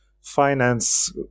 finance